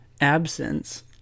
absence